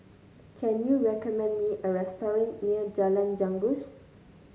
can you recommend me a restaurant near Jalan Janggus